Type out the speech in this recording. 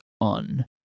on